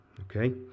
okay